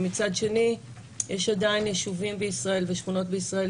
ומצד שני יש עדיין יישובים בישראל ושכונות בישראל,